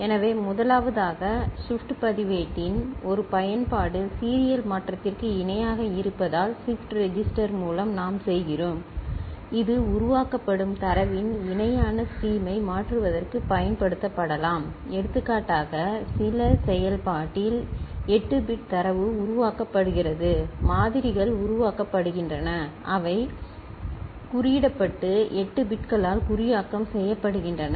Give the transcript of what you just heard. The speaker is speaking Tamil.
எனவே முதலாவதாக ஷிப்ட் பதிவேட்டின் ஒரு பயன்பாடு சீரியல் மாற்றத்திற்கு இணையாக இருப்பதால் ஷிப்ட் ரெஜிஸ்டர் மூலம் நாம் செய்கிறோம் இது உருவாக்கப்படும் தரவின் இணையான ஸ்ட்ரீமை மாற்றுவதற்குப் பயன்படுத்தப்படலாம் எடுத்துக்காட்டாக சில செயல்பாட்டில் 8 பிட் தரவு உருவாக்கப்படுகிறது மாதிரிகள் உருவாக்கப்படுகின்றன அவை குறியிடப்பட்டு 8 பிட்களால் குறியாக்கம் செய்யப்படுகின்றன